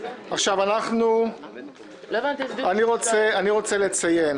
אני רוצה לציין